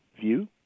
view